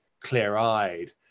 clear-eyed